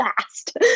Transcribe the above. fast